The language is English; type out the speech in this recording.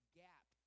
gap